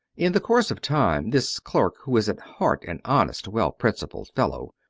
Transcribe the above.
in the course of time, this clerk, who was at heart an honest, well-principled fellow,